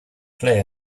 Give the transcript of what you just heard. play